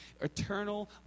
Eternal